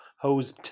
hose